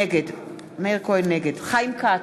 נגד חיים כץ,